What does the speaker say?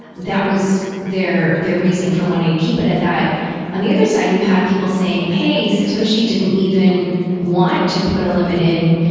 that was their their reasoning for wanting to keep it at that on the other side, you had people saying, hey, satoshi didn't even want to put a limit in.